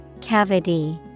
Cavity